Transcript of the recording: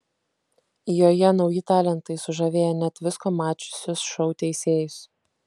joje nauji talentai sužavėję net visko mačiusius šou teisėjus